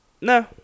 No